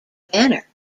banner